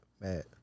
mad